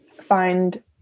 find